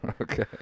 Okay